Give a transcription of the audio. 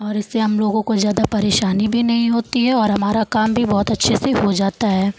और इससे हम लोगों को ज़्यादा परेशानी भी नहीं होती है और हमारा काम भी बहुत अच्छे से हो जाता है